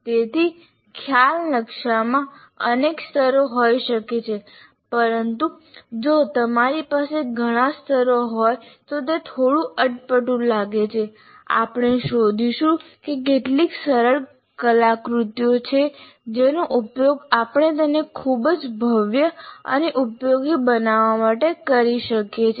તેથી ખ્યાલ નકશામાં અનેક સ્તરો હોઈ શકે છે પરંતુ જો તમારી પાસે ઘણા સ્તરો હોય તો તે થોડું અટપટું લાગે છે આપણે શોધીશું કે કેટલીક સરળ કલાકૃતિઓ છે જેનો ઉપયોગ આપણે તેને ખૂબ જ ભવ્ય અને ઉપયોગી બનાવવા માટે કરી શકીએ છીએ